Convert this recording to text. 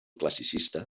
classicista